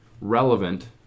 relevant